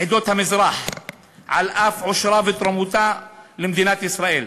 עדות המזרח על אף עושרה ותרומתה למדינת ישראל.